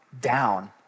down